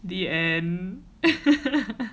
the end